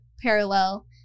parallel